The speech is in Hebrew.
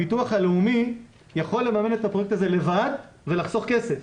הביטוח הלאומי יכול לממן את הפרויקט הזה לבד ולחסוך כסף